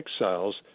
exiles